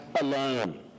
alone